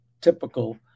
typical